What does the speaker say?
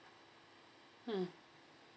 mm